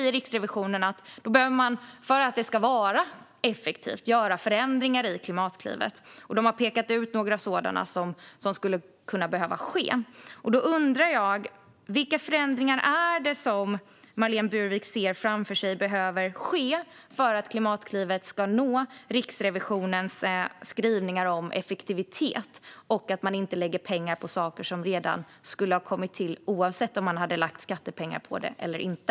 Riksrevisionen säger att för att det ska vara effektivt behöver man göra förändringar i Klimatklivet, och de har pekat ut några sådana som skulle behöva ske. Då undrar jag: Vilka förändringar är det som Marlene Burwick ser framför sig behöver ske för att Klimatklivet ska nå Riksrevisionens skrivningar om effektivitet och att man inte lägger pengar på saker som skulle ha kommit till oavsett om man hade lagt skattepengar på det eller inte?